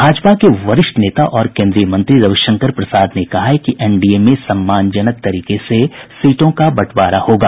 भाजपा के वरिष्ठ नेता और केंद्रीय मंत्री रविशंकर प्रसाद ने कहा है कि एनडीए में सम्मानजनक तरीके से सीटों को बंटवारा होगा